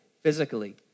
physically